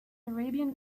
arabian